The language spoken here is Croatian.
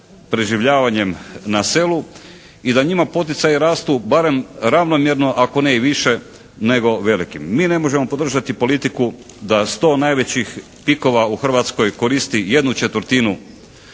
preživljavanjem na selu i da njima poticaji rastu barem ravnomjerno, ako ne i više nego velikim. Mi ne možemo podržati politiku da 100 najvećih pikova u Hrvatskoj koristi ¼ ukupnih